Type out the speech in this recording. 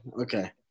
Okay